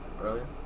Earlier